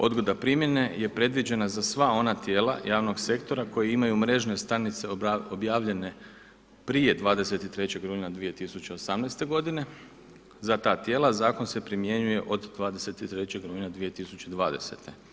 Odgoda primjene je predviđa za sva ona tijela javnog sektora koji imaju mrežne stranice objavljene prije 23. rujna 2018. g. Za ta tijela zakon se primjenjuje od 23. rujna 2020.